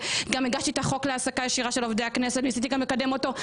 הגשתי את הצעת החוק להעסקה ישירה של עובדי הכנסת וניסיתי לקדם אותו.